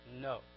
no